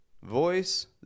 Voice